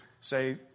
say